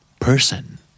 Person